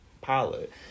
pilot